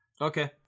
Okay